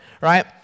right